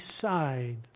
side